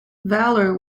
valor